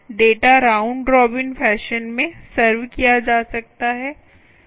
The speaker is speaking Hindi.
डेटा राउंड रॉबिन फैशन में सर्व किया जा सकता है